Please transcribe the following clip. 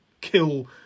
kill